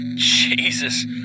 Jesus